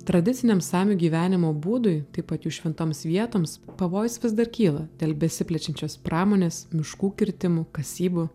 tradiciniam samių gyvenimo būdui taip pat šventoms vietoms pavojus vis dar kyla dėl besiplečiančios pramonės miškų kirtimų kasybų